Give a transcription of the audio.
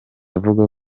avuga